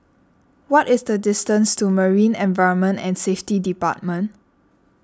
what is the distance to Marine Environment and Safety Department